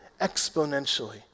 exponentially